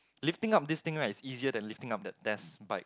lifting up this thing right is easier than lifting up that test bike